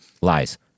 Lies